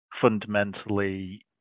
fundamentally